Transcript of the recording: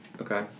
Okay